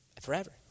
Forever